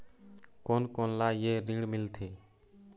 कोन कोन ला ये ऋण मिलथे?